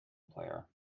player